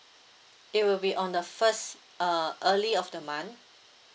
it will be on the first uh early of the month